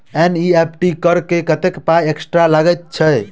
NEFT करऽ मे कत्तेक पाई एक्स्ट्रा लागई छई?